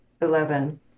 Eleven